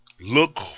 Look